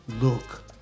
look